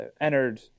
entered